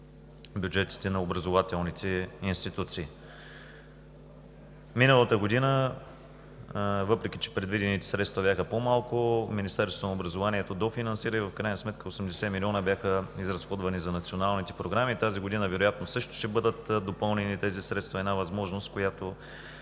бюджетите на образователните институции. Миналата година, въпреки че предвидените средства бяха по-малко, Министерството на образованието дофинансира и в крайна сметка 80 млн. лв. бяха изразходвани за националните програми. Тази година вероятно също ще бъдат допълнени тези средства – една възможност, с която